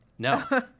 No